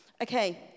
Okay